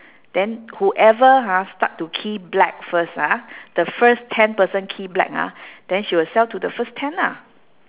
than whoever ha start to key black first ah the first ten person key black ah than she will sell to the first ten lah